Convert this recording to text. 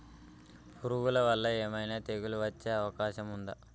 పురుగుల వల్ల ఏమైనా తెగులు వచ్చే అవకాశం ఉందా?